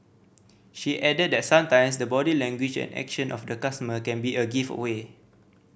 she added that sometimes the body language and action of the customer can be a giveaway